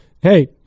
hey